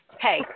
hey